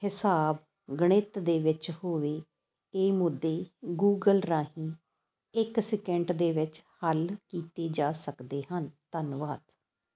ਹਿਸਾਬ ਗਣਿਤ ਦੇ ਵਿੱਚ ਹੋਵੇ ਇਹ ਮੁੱਦੇ ਗੂਗਲ ਰਾਹੀਂ ਇੱਕ ਸੈਕਿੰਟ ਦੇ ਵਿੱਚ ਹੱਲ ਕੀਤੇ ਜਾ ਸਕਦੇ ਹਨ ਧੰਨਵਾਦ